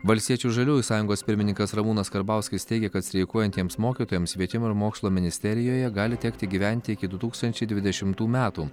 valstiečių žaliųjų sąjungos pirmininkas ramūnas karbauskis teigia kad streikuojantiems mokytojams švietimo ir mokslo ministerijoje gali tekti gyventi iki du tūkstančiai dvidešimtų metų